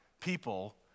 people